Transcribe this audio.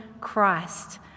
Christ